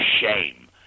shame